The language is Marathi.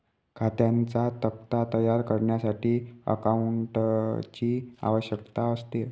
खात्यांचा तक्ता तयार करण्यासाठी अकाउंटंटची आवश्यकता असते